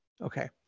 Okay